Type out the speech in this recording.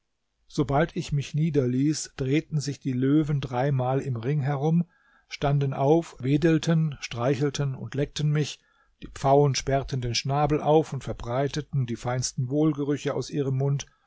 sobald ich mich niederließ drehten sich die löwen dreimal im ring herum standen auf wedelten streichelten und leckten mich die pfauen sperrten den schnabel auf und verbreiteten die feinsten wohlgerüche aus ihrem mund